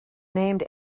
named